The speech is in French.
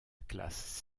classe